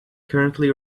currently